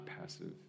passive